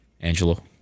Angelo